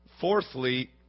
Fourthly